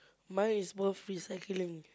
mine is worth recycling